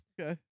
Okay